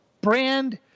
brand